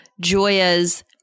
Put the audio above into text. Joya's